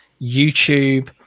YouTube